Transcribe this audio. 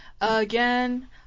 again